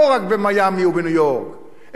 לא רק במיאמי ובניו-יורק,